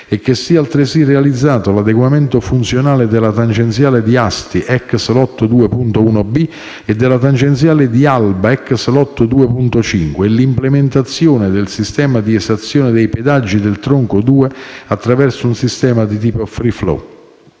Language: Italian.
2 - e siano altresì realizzati l'adeguamento funzionale della tangenziale di Asti (ex lotto 2.1b) e della tangenziale di Alba (ex lotto 2.5) e l'implementazione del sistema di esazione dei pedaggi del tronco 2 tramite un sistema di tipo *free flow.*